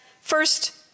first